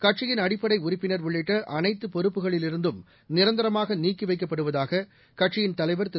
கட்சியின் ப அடிப்படை உறுப்பினர் உள்ளிட்ட அனைத்து பொறுப்புகளிலிருந்தும் நிரந்தரமாக நீக்கிவைக்கப்படுவதாக கட்சியின் தலைவர் திரு